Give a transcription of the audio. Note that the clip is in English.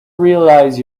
realize